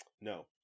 No